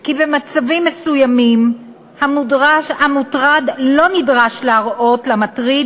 כי במצבים מסוימים המוטרד לא נדרש להראות למטריד